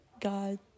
God